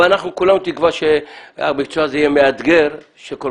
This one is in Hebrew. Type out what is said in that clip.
אבל אנחנו כולנו תקווה שהמקצוע הזה יהיה מאתגר שכל